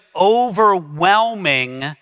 overwhelming